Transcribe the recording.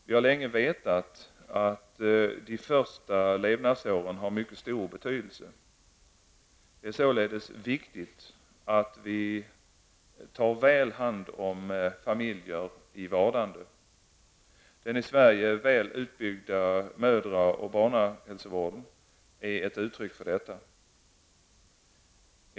Vi har länge vetat att de första levnadsåren har mycket stor betydelse. Det är således viktigt att vi tar väl hand om familjer i vardande. Den i Sverige väl utbyggda mödra och barnhälsovården är ett uttryck för detta.